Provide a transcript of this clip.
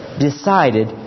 decided